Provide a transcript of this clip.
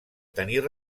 tenir